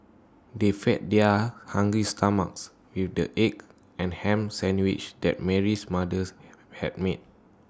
they fed their hungry stomachs with the egg and Ham Sandwiches that Mary's mother had made